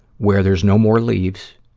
where there's no more leaves,